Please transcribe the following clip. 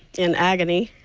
in agony,